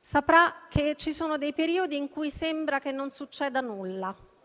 saprà che ci sono dei periodi in cui sembra non succedere nulla;